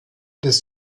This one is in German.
des